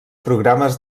programes